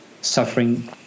suffering